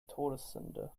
todsünde